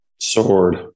Sword